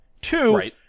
Two